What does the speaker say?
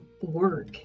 work